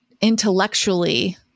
intellectually